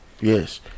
Yes